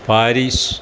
Paris